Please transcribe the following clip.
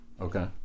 Okay